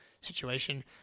situation